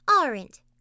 aren't